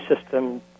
system